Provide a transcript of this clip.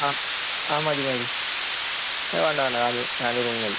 ആ ആ മതി മതി എയ് വേണ്ട വേണ്ട നാല് നാല് റൂം മതി